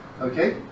Okay